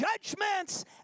judgments